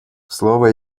слово